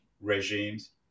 regimes